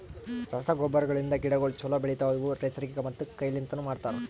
ರಸಗೊಬ್ಬರಗಳಿಂದ್ ಗಿಡಗೋಳು ಛಲೋ ಬೆಳಿತವ, ಇವು ನೈಸರ್ಗಿಕ ಮತ್ತ ಕೈ ಲಿಂತನು ಮಾಡ್ತರ